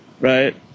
right